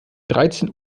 dreizehn